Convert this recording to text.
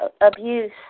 abuse